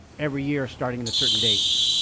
every year starting in a certain date?